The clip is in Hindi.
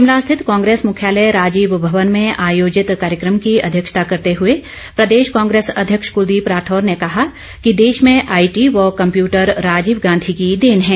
शिमला स्थित कांग्रेस मुख्यालय राजीव भवन में आयोजित कार्यक्रम की अध्यक्षता करते हुए प्रदेश कांग्रेस अध्यक्ष कुलदीप सिंह राठौर ने कहा कि देश में आईटी व कम्पयूटर राजीव गांधी की देन है